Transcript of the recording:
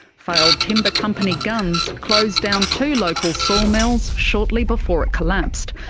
failed timber company gunns closed down two local sawmills shortly before it collapsed.